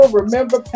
remember